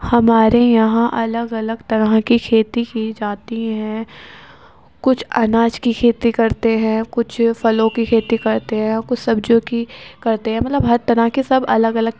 ہمارے یہاں الگ الگ طرح کی کھیتی کی جاتی ہیں کچھ اناج کی کھیتی کرتے ہیں کچھ پھلوں کی کھیتی کرتے ہیں کچھ سبزیوں کی کرتے ہیں مطلب ہر طرح کے سب الگ الگ